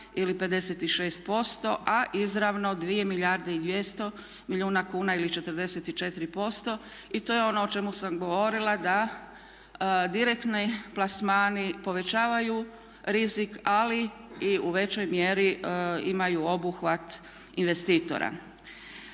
ili 56% a izravno 2 milijarde i 200 milijuna kuna ili 44% i to je ono o čemu sam govorila da direktni plasmani povećavaju rizik, ali i u većoj mjeri imaju obuhvat investitora.